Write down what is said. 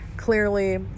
Clearly